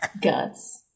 Guts